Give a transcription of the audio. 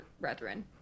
brethren